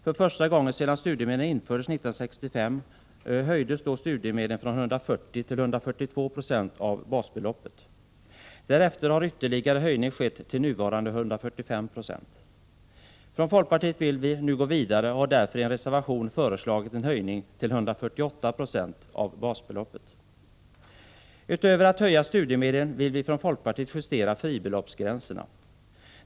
För första gången sedan studiemedlen infördes 1965 höjdes då studiemedlen från 140 9; till 142 96 av basbeloppet. Därefter har ytterligare höjning skett till nuvarande 145 96. Från folkpartiet vill vi nu gå vidare och har därför i en reservation föreslagit en höjning till 148 96 av basbeloppet. Utöver att höja studiemedlen vill vi från folkpartiet justera fribeloppsgränsen.